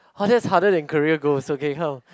oh that's harder than career goals okay come